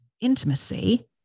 intimacy